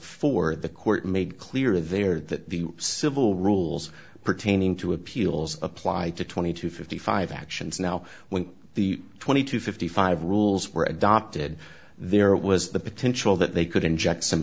for the court made clear there that civil rules pertaining to appeals apply to twenty to fifty five actions now when the twenty to fifty five rules were adopted there was the potential that they could inject some